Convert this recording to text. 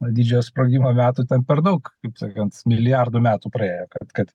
didžiojo sprogimo metų ten per daug taip sakant milijardų metų praėjo kad kad